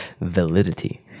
validity